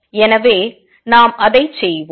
எனவே நாம் அதை செய்வோம்